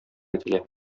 ителә